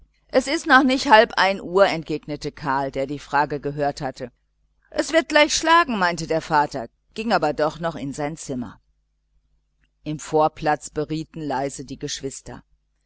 es ist noch nicht halb ein uhr entgegnete karl der die frage gehört hatte es wird gleich schlagen meinte der vater ging aber doch noch in sein zimmer im vorplatz berieten leise die geschwister